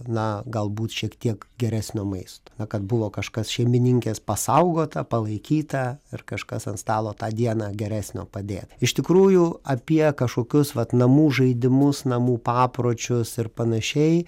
na galbūt šiek tiek geresnio maisto kad buvo kažkas šeimininkės pasaugota palaikyta ir kažkas ant stalo tą dieną geresnio padėt iš tikrųjų apie kažkokius vat namų žaidimus namų papročius ir panašiai